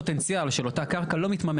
זה אחד הדברים שהקדוש ברוך הוא נתן לנו.